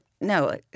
no